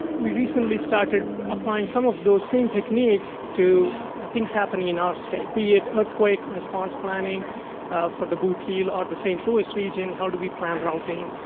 we recently started applying some of those same techniques to things happening in our state, be it earthquake response planning for the boot-heel or the st. louis region how do we plan routing,